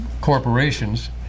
corporations